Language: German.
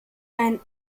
ein